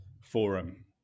forum